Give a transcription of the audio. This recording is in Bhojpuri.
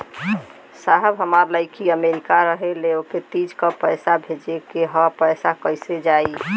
साहब हमार लईकी अमेरिका रहेले ओके तीज क पैसा भेजे के ह पैसा कईसे जाई?